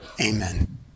Amen